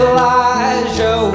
Elijah